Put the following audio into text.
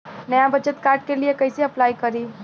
नया बचत कार्ड के लिए कइसे अपलाई करी?